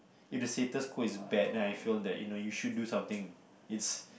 if the status go is bad then I feel that you know you should do something is